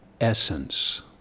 essence